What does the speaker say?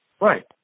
Right